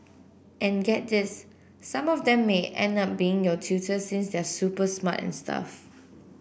and get this some of them may end up being your tutor since they're super smart and stuff